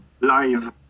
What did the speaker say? live